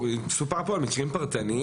סופר פה על מקרים פרטניים.